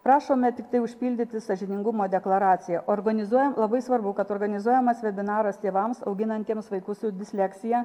prašome tiktai užpildyti sąžiningumo deklaraciją organizuojam labai svarbu kad organizuojamas vebinaras tėvams auginantiems vaikus su disleksija